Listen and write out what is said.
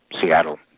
Seattle